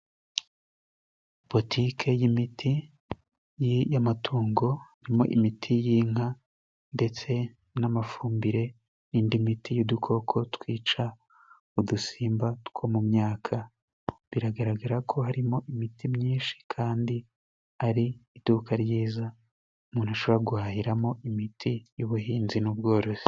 Botike y'imiti y'amatungo, irimo imiti y'inka ndetse n'amafumbire n'indi miti y'udukoko twica udusimba two mu myaka, biragaragara ko harimo imiti myinshi kandi ari iduka ryiza, umuntu ashobora guhahiramo imiti y'ubuhinzi n'ubworozi.